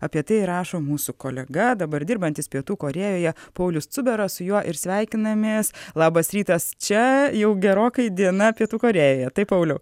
apie tai rašo mūsų kolega dabar dirbantis pietų korėjoje paulius cubera su juo ir sveikinamės labas rytas čia jau gerokai diena pietų korėjoje taip pauliau